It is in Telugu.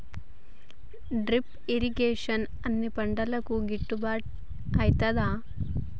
డ్రిప్ ఇరిగేషన్ అన్ని పంటలకు గిట్టుబాటు ఐతదా?